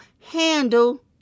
handle